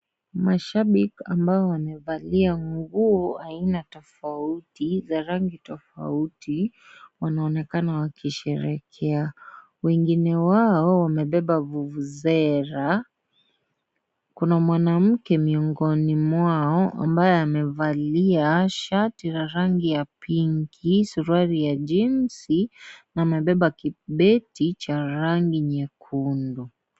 Mashabik ambao wamevalia nguo aina tofauti za rangi tofauti, wanaonekana wakisherehekea. Wengine wao wamebeba vuvuzera, Kuna mwanamke miongini mwao ambaye amevalia shati ya rangi ya pinki, sururi ya jeans na amebeba kibeti Cha rangi nyekundu.